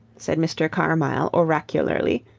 said mr. carmyle oracularly,